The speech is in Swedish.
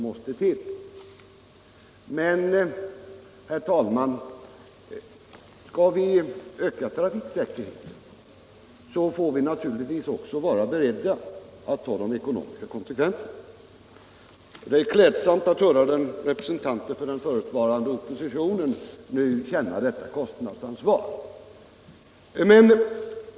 Men, herr talman, Obligatorisk skall vi öka trafiksäkerheten får vi naturligtvis också vara beredda att = halkkörning i ta de ekonomiska konsekvenserna. Det är klädsamt att höra att repre = körkortsutbildningsentanter för den förutvarande oppositionen nu känner detta kostnads = en, m.m. ansvar.